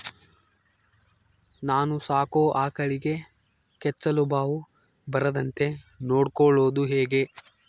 ನಾನು ಸಾಕೋ ಆಕಳಿಗೆ ಕೆಚ್ಚಲುಬಾವು ಬರದಂತೆ ನೊಡ್ಕೊಳೋದು ಹೇಗೆ?